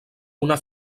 una